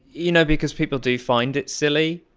you know because people do find it silly,